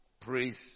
praise